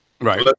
right